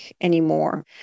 anymore